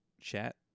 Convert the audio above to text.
chat